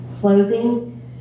closing